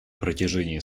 протяжении